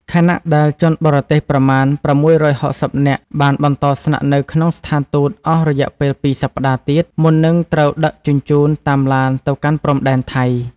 ខណៈដែលជនបរទេសប្រមាណ ៦១០ នាក់បានបន្តស្នាក់នៅក្នុងស្ថានទូតអស់រយៈពេលពីរសប្តាហ៍ទៀត មុននឹងត្រូវដឹកជញ្ជូនតាមឡានទៅកាន់ព្រំដែនថៃ។